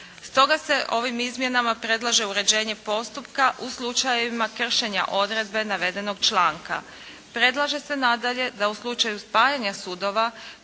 Stoga se ovim izmjenama predlaže uređenje postupaka u slučajevima kršenja odredbe navedenog članka. Predlaže se nadalje da u slučaju spajanja sudova